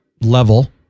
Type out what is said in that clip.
level